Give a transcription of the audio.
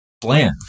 bland